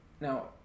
now